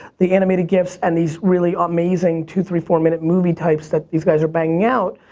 the animated gifs and these really amazing two three four minute movie types that these guys are banging out,